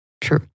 True